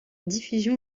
diffusion